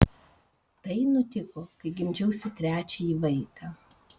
tai nutiko kai gimdžiausi trečiąjį vaiką